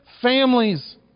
families